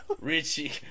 Richie